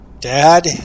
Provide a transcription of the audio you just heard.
Dad